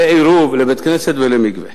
לעירוב ולבית-כנסת ולמקווה.